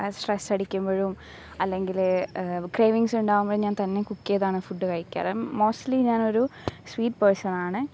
സ്ട്രെസ്സടിക്കുമ്പോഴും അല്ലെങ്കിൽ ക്രേവിങ്സ്ണ്ടാവുമ്പോഴും ഞാൻ തന്നെ കുക്ക് ചെയ്താണ് ഫുഡ് കഴിക്കാറ് മോസ്റ്റ്ലി ഞാനൊരു സ്വീറ്റ് പേഴ്സണാണ്